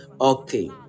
Okay